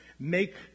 Make